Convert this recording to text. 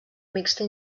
mixta